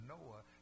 Noah